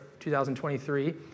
2023